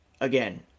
Again